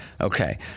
okay